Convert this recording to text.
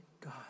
God